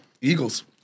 Eagles